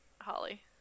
Holly